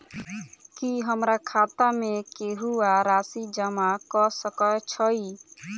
की हमरा खाता मे केहू आ राशि जमा कऽ सकय छई?